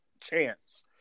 chance